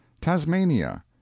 Tasmania